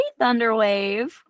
thunderwave